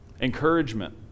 encouragement